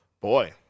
boy